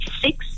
six